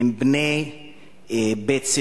הם בני בית-ספרו,